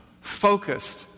focused